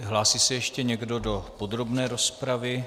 Hlásí se ještě někdo do podrobné rozpravy?